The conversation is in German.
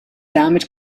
damit